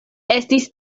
estis